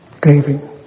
craving